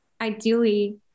ideally